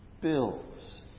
builds